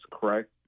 correct